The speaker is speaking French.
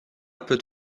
peut